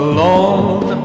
Alone